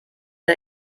der